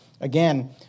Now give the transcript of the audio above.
Again